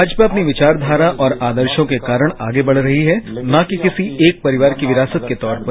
भाजपा अपनी विचास्वारा और आदशों के कारण आगे बढ़ रही है न कि किसी एक परिवार की विरासत के तौर पर